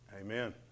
Amen